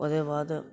ओह्दे बाद